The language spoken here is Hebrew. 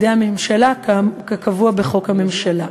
על-ידי הממשלה כקבוע בחוק הממשלה.